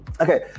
Okay